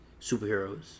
superheroes